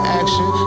action